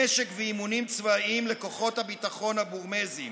נשק ואימונים צבאיים לכוחות הביטחון הבורמזיים